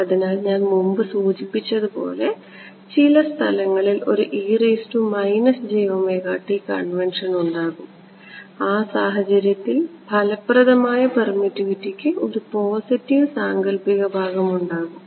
അതിനാൽ ഞാൻ മുമ്പ് സൂചിപ്പിച്ചതുപോലെ ചില സ്ഥലങ്ങളിൽ ഒരു കൺവെൻഷൻ ഉണ്ടാകും ആ സാഹചര്യത്തിൽ ഫലപ്രദമായ പെർമിറ്റിവിറ്റിക്ക് ഒരു പോസിറ്റീവ് സാങ്കൽപ്പിക ഭാഗം ഉണ്ടാകും